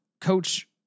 coach